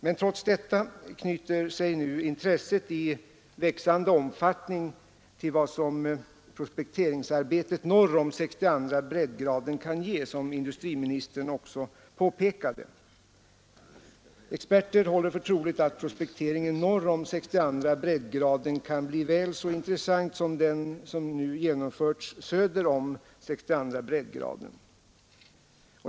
Men trots detta knyter sig nu intresset i växande omfattning till vad prospekteringsarbetet norr om 62:a breddgraden kan ge, vilket industriministern också påpekade. Experter håller för troligt att prospekteringen norr om 62:a breddgraden kan bli väl så intressant som den som nu genomförts söder om den 62:a breddgraden.